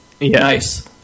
Nice